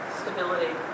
Stability